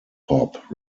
hop